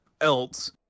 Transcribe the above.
else